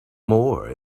more